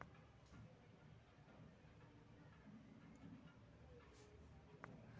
दूध दुहे बला आधुनिक मशीन से मवेशी में संक्रमण के खतरा कम होई छै